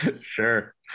sure